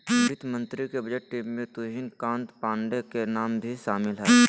वित्त मंत्री के बजट टीम में तुहिन कांत पांडे के नाम भी शामिल हइ